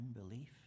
unbelief